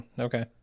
okay